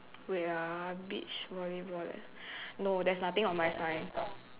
wait ah beach volleyball leh no there's nothing on my sign